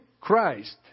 Christ